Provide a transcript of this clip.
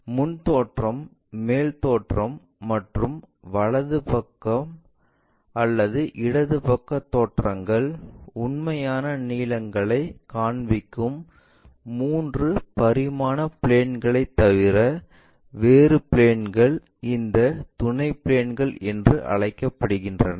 முன் தோற்றம் மேல் தோற்றம் மற்றும் வலது பக்க அல்லது இடது பக்க தோற்றகள் உண்மையான நீளங்களைக் காண்பிக்கும் மூன்று பிரதான பிளேன்களை தவிர வேறு பிளேன்கள் இந்த துணை பிளேன்கள் என்று அழைக்கப்படுகின்றன